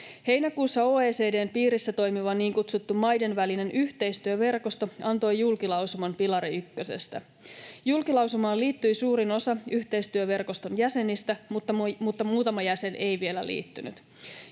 Heinäkuussa OECD:n piirissä toimiva niin kutsuttu maiden välinen yhteistyöverkosto antoi julkilausuman pilari ykkösestä. Julkilausumaan liittyi suurin osa yhteistyöverkoston jäsenistä, mutta muutama jäsen ei vielä liittynyt.